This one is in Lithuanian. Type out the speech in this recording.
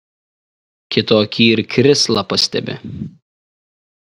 kito akyj ir krislą pastebi